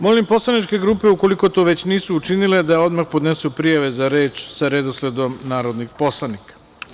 Molim poslaničke grupe, ukoliko to već nisu učinile, da odmah podnesu prijave za reč sa redosledom narodnih poslanika.